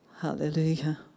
Hallelujah